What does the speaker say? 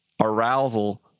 Arousal